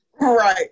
right